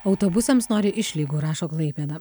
autobusams nori išlygų rašo klaipėda